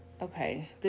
Okay